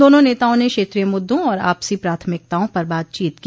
दोनों नेताओं ने क्षेत्रीय मुद्दों और आपसी प्राथमिकताओं पर बातचीत की